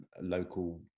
local